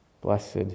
Blessed